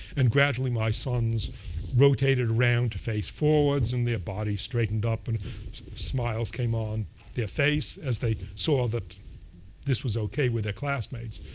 and gradually my sons rotated around to face forwards. and their bodies straightened up. and smiles came on their face as they saw that this was ok with their classmates.